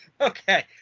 okay